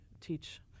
teach